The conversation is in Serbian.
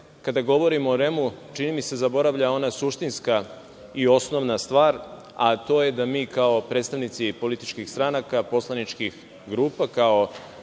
pri tome se, čini mi se, zaboravlja ona suštinska i osnovna stvar, a to je da mi kao predstavnici političkih stranaka, poslaničkih grupa,